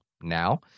now